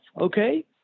okay